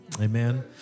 amen